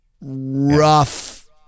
rough